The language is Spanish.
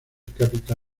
cápita